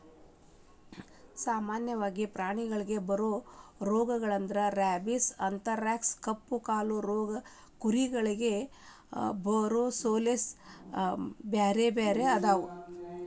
ಸಾಮನ್ಯವಾಗಿ ಪ್ರಾಣಿಗಳಿಗೆ ಬರೋ ರೋಗಗಳಂದ್ರ ರೇಬಿಸ್, ಅಂಥರಾಕ್ಸ್ ಕಪ್ಪುಕಾಲು ರೋಗ ಕುರಿಗಳಿಗೆ ಬರೊಸೋಲೇಸ್ ಬ್ಯಾರ್ಬ್ಯಾರೇ ಅದಾವ